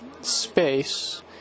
Space